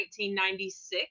1996